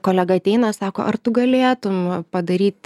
kolega ateina sako ar tu galėtum padaryti